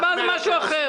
ההצבעה היא משהו אחר.